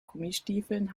gummistiefeln